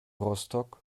rostock